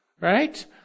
right